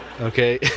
Okay